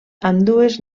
ambdues